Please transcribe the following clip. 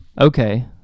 Okay